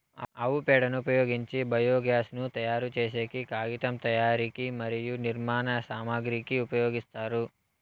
ఆవు పేడను ఉపయోగించి బయోగ్యాస్ ను తయారు చేసేకి, కాగితం తయారీకి మరియు నిర్మాణ సామాగ్రి కి ఉపయోగిస్తారు